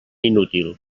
inútil